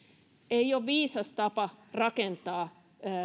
viisas tapa rakentaa